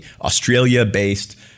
Australia-based